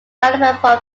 available